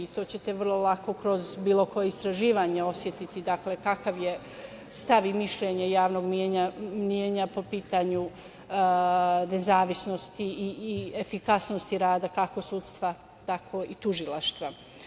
To ćete vrlo lako kroz bilo koja istraživanja osetiti, dakle, kakav je stav i mišljenje javnog mnjenja po pitanju nezavisnosti i efikasnosti rada kako sudstva, tako i tužilaštva.